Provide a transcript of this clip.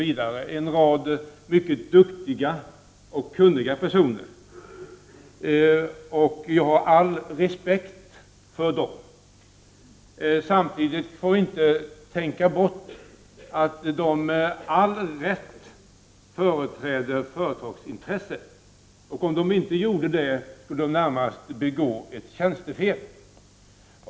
Det är en rad mycket duktiga och kunniga personer, och jag har all respekt för dem. Samtidigt får vi inte tänka bort att de, med all rätt, företräder företagsintressen — om de inte gjorde det skulle de närmast begå tjänstefel.